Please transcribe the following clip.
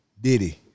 Diddy